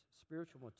spiritual